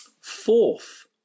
Fourth